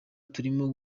turimo